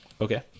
Okay